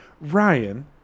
Ryan